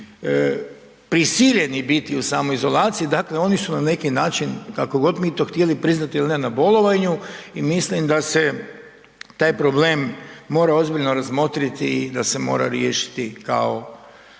prisiljeni biti u samoizolaciji, dakle oni su na neki način kako god mi to htjeli priznati ili ne na bolovanju i mislim da se taj problem mora ozbiljno razmotriti i da se mora riješiti kao